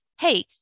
hey